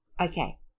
Okay